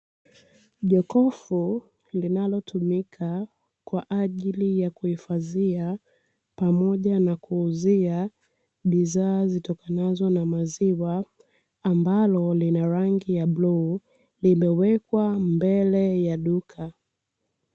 Jokofu linalotumika kwaajili ya kuhifadhia pamoja na kuuzia bidhaa zitokanazo na maziwa ambalo Lina rangi ya bluu limewekwa mbele ya duka.